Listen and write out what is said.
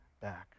back